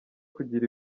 kugira